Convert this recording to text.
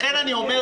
לכן אני אומר: